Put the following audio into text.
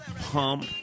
pump